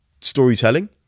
storytelling